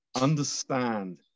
understand